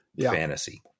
fantasy